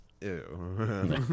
Ew